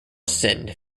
sin